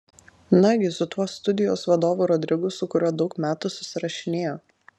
nagi su tuo studijos vadovu rodrigu su kuriuo daug metų susirašinėjo